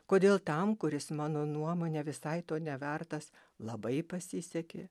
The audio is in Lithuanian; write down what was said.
kodėl tam kuris mano nuomone visai to nevertas labai pasisekė